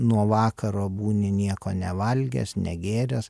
nuo vakaro būni nieko nevalgęs negėręs